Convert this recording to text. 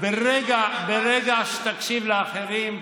ברגע שתקשיב לאחרים,